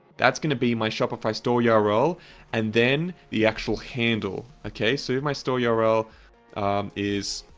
that's going to be my shopify store yeah url and then the actual handle okay. so my store yeah url is